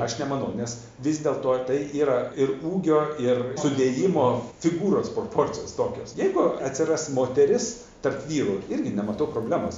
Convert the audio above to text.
aš nemanau nes vis dėl to tai yra ir ūgio ir sudėjimo figūros proporcijos tokios jeigu atsiras moteris tarp vyrų irgi nematau problemos